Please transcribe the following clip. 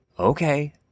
Okay